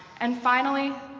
and finally,